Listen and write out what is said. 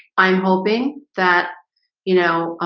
i'm hoping that you know